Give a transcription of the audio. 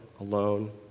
alone